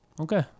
okay